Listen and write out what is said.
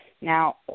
now